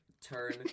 turn